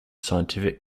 scientific